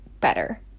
better